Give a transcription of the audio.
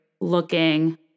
looking